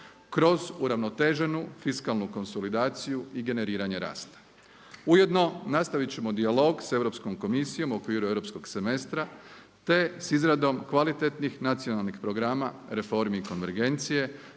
kroz uravnoteženu fiskalnu konsolidaciju i generiranje rasta. Ujedno nastavit ćemo dijalog s Europskom komisijom u okviru europskog semestra te s izradom kvalitetnih nacionalnih programa, reformi i konvergencije